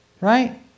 right